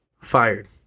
fired